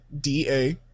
D-A